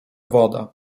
woda